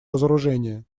разоружения